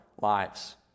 lives